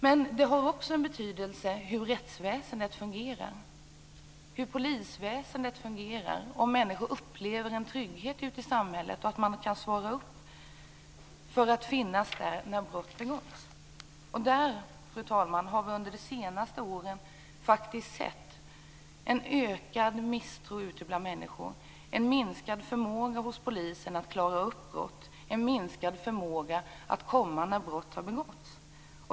Men det är också av betydelse hur rättsväsendet och polisväsendet fungerar, om människor upplever en trygghet i samhället så att man kan finnas där när brott har begåtts. Vi har, fru talman, under de senaste åren faktiskt sett en ökad misstro bland människor, en minskad förmåga hos polisen att klara upp brott och en minskad förmåga att komma när brott har begåtts.